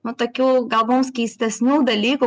nu tokių gal mums keistesnių dalykų